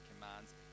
commands